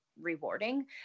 rewarding